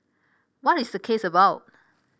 what is the case about